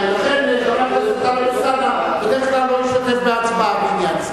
לכן חבר הכנסת טלב אלסאנע בדרך כלל לא משתתף בהצבעה בעניין זה,